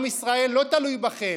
עם ישראל לא תלוי בכם,